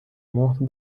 مهر